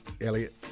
elliot